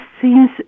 seems